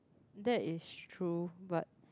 that is true but